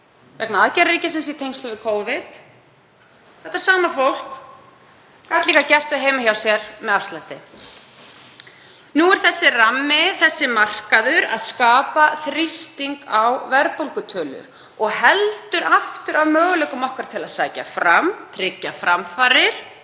vegna aðgerða ríkisins í tengslum við Covid. Þetta sama fólk gat líka gert við heima hjá sér með afslætti. Nú skapar þessi rammi, þessi markaður, þrýsting á verðbólgutölur og heldur aftur af möguleikum okkar til að sækja fram og tryggja framfarir